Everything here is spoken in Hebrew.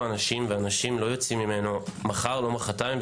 אנשים לא יוצאים ממנו מחר או מחרתיים.